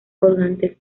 colgantes